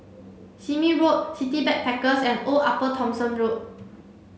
Sime Road City Backpackers and Old Upper Thomson Road